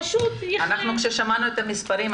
כששמענו את המספרים,